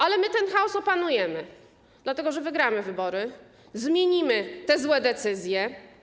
Ale my ten chaos opanujemy, dlatego że wygramy wybory i zmienimy te złe decyzje.